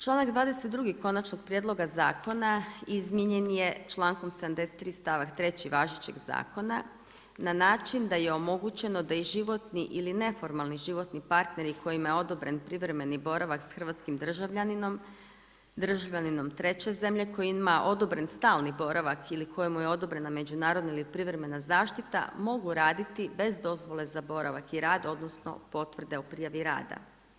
Članak 22. konačnog prijedloga zakona izmijenjen je člankom 73. stavak 3. važećeg zakona, na način da je omogućeno da i životni ili neformalni životni partneri kojima je odobren privremeni boravak s hrvatskim državljaninom, državljaninom treće zemlje koji ima odobren stalni boravak ili kojemu je odobrena međunarodna ili privremena zaštita, mogu raditi bez dozvole za boravak i rad odnosno potvrde o prijave rada.